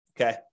Okay